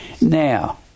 now